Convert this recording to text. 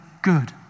good